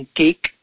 cake